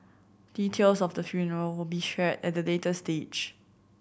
details of the funeral will be shared at a later stage